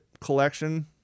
collection